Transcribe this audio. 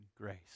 grace